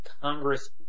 Congress